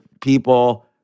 people